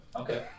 okay